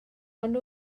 ond